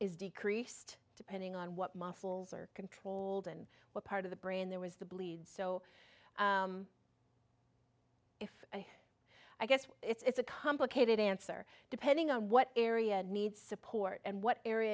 is decreased depending on what muscles are controlled and what part of the brain there was the bleed so if i guess it's a complicated answer depending on what area needs support and what